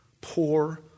poor